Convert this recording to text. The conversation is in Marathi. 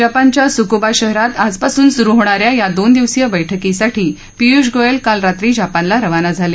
जपानच्या सुकुबा शहरात आज पासून सुरु होणाऱ्या या दोन दिवसीय बैठकीसाठी पियुष गोयल काल रात्री जपानला रवाना झाले